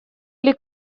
или